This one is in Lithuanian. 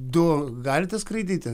du galite skraidyti